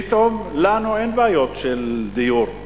פתאום לנו אין בעיות של דיור,